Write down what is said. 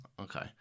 Okay